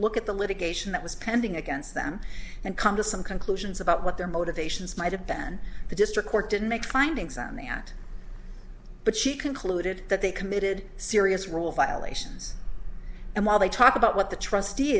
look at the litigation that was pending against them and come to some conclusions about what their motivations might have been the district court didn't make findings on that but she concluded that they committed serious rule violations and while they talk about what the trustee